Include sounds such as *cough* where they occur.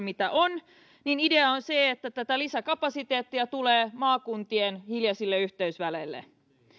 *unintelligible* mitä on niin idea on se että tätä lisäkapasiteettia tulee maakuntien hiljaisille yhteysväleille